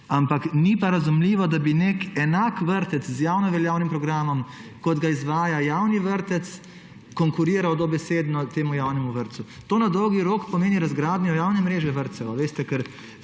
Ampak ni pa razumljivo, da bi nek enak vrtec z javnoveljavnim programom, kot ga izvaja javni vrtec, konkuriral dobesedno temu javnemu vrtcu. To na dolgi rok pomeni razgradnjo javne mreže vrtcev, a veste. Saj